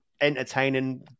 entertaining